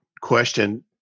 question